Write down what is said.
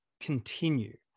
continue